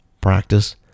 Practice